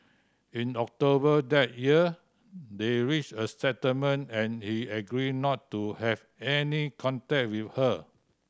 in October that year they reached a settlement and he agreed not to have any contact with her